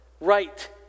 Right